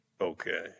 okay